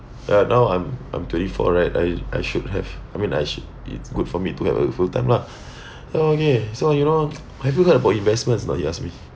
uh now I'm I'm twenty four right I I should have I mean I sh~ it's good for me to have a full-time lah okay so you know have you heard about investments he asked me